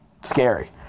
scary